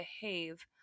behave